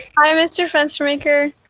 hi mr. fenstermaker.